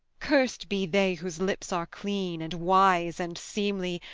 cursed be they whose lips are clean and wise and seemly,